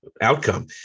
outcome